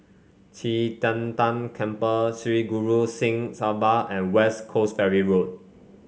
Qi Tian Tan Temple Sri Guru Singh Sabha and West Coast Ferry Road